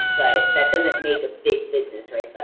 but, that doesn't make a big business, right?